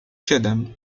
siedem